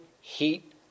heat